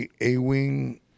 A-wing